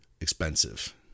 expensive